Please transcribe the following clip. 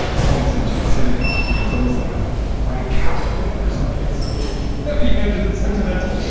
points him to a synagogue. you know, it's almost like a frank capra moment or something. it's so heavy handed and sentimental.